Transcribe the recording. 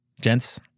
gents